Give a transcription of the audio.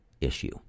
issue